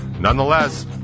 nonetheless